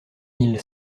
mille